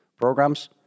programs